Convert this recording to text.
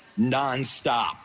nonstop